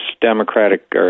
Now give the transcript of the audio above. Democratic